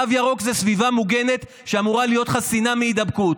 תו ירוק זה סביבה מוגנת שאמורה להיות חסינה מהידבקות.